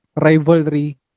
rivalry